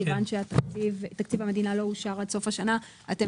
כיוון שתקציב המדינה לא אושר עד סוף השנה אתם